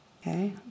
okay